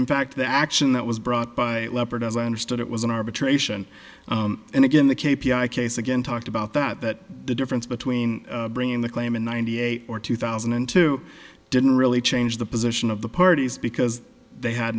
in fact the action that was brought by leopard as i understood it was an arbitration and again the k p i case again talked about that that the difference between bringing the claim in ninety eight or two thousand and two didn't really change the position of the parties because they had